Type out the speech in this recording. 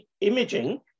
imaging